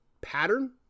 pattern